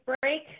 break